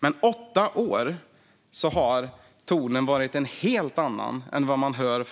Under åtta år har tonen varit en helt annan än vad man hör